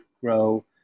grow